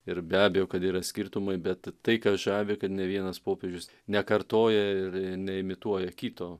ir be abejo kad yra skirtumai bet tai kas žavi kad nė vienas popiežius nekartoja ir neimituoja kito